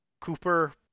Cooper